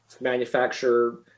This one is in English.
manufacturer